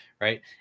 right